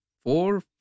four